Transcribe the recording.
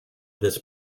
this